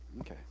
Okay